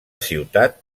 ciutat